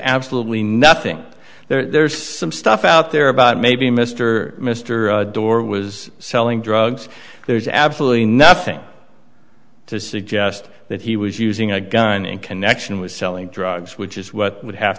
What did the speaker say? absolutely nothing there's some stuff out there about maybe mr mr door was selling drugs there's absolutely nothing to suggest that he was using a gun in connection with selling drugs which is what would have